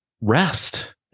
rest